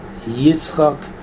Yitzchak